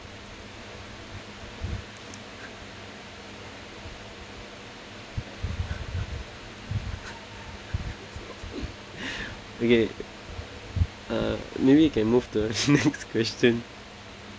okay uh maybe you can move to the next question